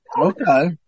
Okay